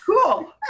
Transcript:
Cool